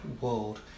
world